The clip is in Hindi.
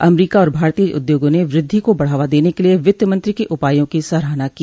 अमरीका और भारतीय उद्योगों ने वद्धि को बढ़ावा देने के लिए वित्तमंत्री के उपायों की सराहना की